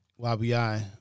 YBI